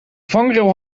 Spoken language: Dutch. vangrail